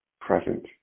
present